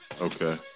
Okay